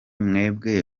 mwebwe